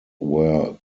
were